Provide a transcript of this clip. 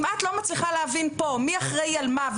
אם את לא מצליחה להבין פה מי אחראי על מה,